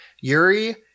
Yuri